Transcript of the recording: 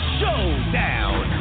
showdown